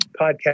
podcast